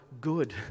good